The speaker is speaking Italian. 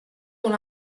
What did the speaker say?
con